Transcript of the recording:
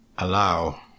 allow